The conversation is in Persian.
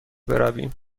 برویم